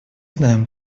знаем